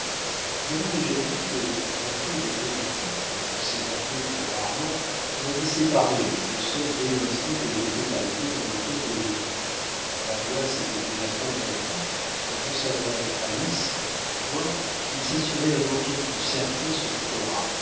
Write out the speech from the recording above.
nous avons déjà dit que d'après une politique dont on s'écartait très rarement on avait séparé les deux sœurs dès l'instant qu'elles étaient arrivées dans le camp des hurons magua s'était déjà convaincu qu'en conservant alice en son pouvoir il sassurait un empire plus certain sur